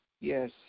yes